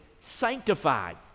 sanctified